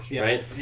right